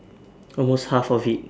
almost half of it